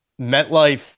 MetLife